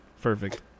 perfect